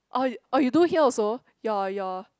orh you oh you do here also your your